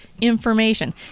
information